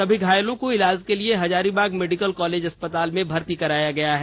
सभी घायलों को इलाज के लिए हज़ारीबाग मेडिकल कॉलेज अस्पताल में भर्ती कराया गया है